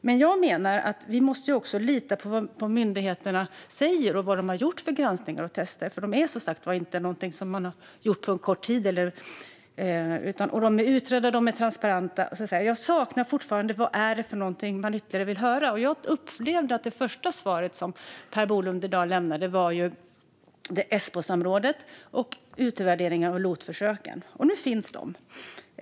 Men jag menar att vi också måste lita på vad myndigheterna säger och på de granskningar och tester som de har gjort. Det är, som sagt, ingenting som man har gjort på en kort tid. Detta är utrett och transparent. Jag saknar fortfarande vad det är ytterligare som man vill höra. Jag upplevde att det första svaret som Per Bolund i dag lämnade handlade om Esbosamrådet och utvärderingar av LOT-försöken.